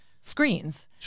screens